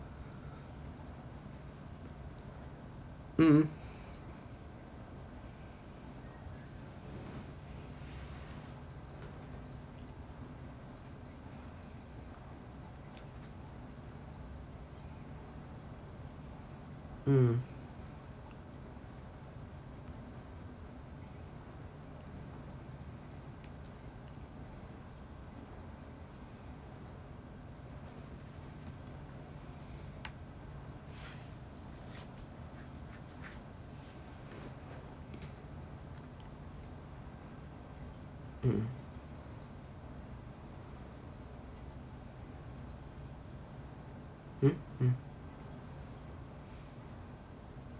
mmhmm mm mmhmm hmm mm